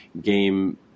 game